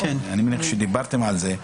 אני מניח שדיברתם על זה.